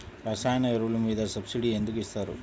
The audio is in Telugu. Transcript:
రసాయన ఎరువులు మీద సబ్సిడీ ఎందుకు ఇస్తారు?